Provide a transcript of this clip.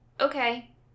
okay